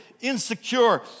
insecure